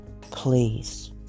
Please